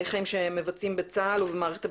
חיים שמבצעים בצה"ל ובמערכת הביטחון,